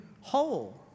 Whole